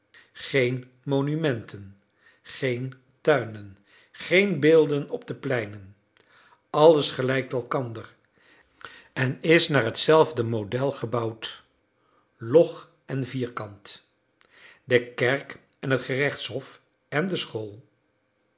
geen monumenten geen tuinen geen beelden op de pleinen alles gelijkt elkander en is naar hetzelfde model gebouwd log en vierkant de kerk en het gerechtshof en de school